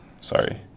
Sorry